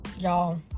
y'all